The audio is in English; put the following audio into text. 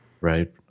Right